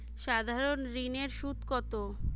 সাধারণ ঋণের সুদ কত?